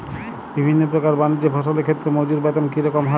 বিভিন্ন প্রকার বানিজ্য ফসলের ক্ষেত্রে মজুর বেতন কী রকম হয়?